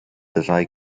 drei